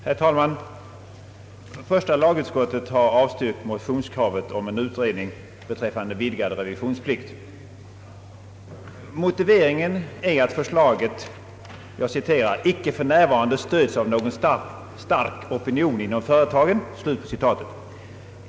Herr talman! Första lagutskottet har avstyrkt motionskravet om en utredning beträffande vidgad revisionsplikt. Motiveringen är att förslaget »icke för närvarande stöds av någon stark opinion inom företagen».